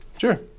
Sure